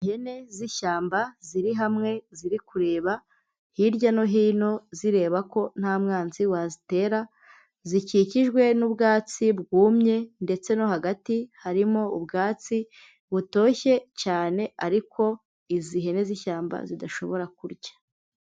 Ihene z'ishyamba ziri hamwe, ziri kureba hirya no hino zireba ko nta mwanzi wazitera, zikikijwe n'ubwatsi bwumye ndetse no hagati harimo ubwatsi butoshye cyane ariko izi hene z'ishyamba zidashobora kurya.